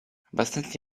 abbastanza